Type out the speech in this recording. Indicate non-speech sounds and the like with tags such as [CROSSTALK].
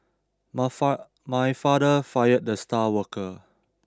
my [UNINTELLIGIBLE] my father fired the star worker